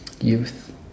Youth